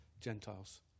Gentiles